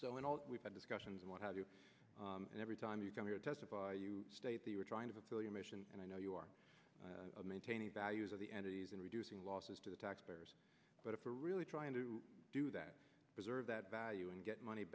so and we've had discussions and what have you and every time you come here to testify you state that you are trying to fill your mission and i know you are maintaining values of the entities in reducing losses to the taxpayers but if we're really trying to do that preserve that value and get money